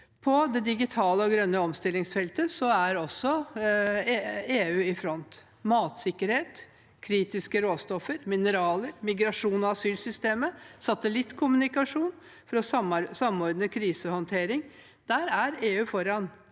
feltet digitalisering og grønn omstilling er EU i front. Matsikkerhet, kritiske råstoffer, mineraler, migrasjon- og asylsystemet, satellittkommunikasjon for å samordne krisehåndtering – der er EU foran.